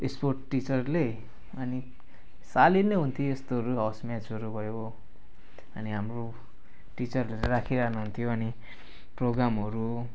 sport टिचरले अनि सालिन्दा हुन्थ्यो यस्तोहरू हाउस म्याचहरू भयो अनि हाम्रो टिचरले राखि रहनुहुन्थ्यो अनि प्रोग्रामहरू